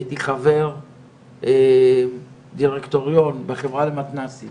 הייתי חבר דירקטוריון בחברה למתנ"סים